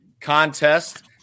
contest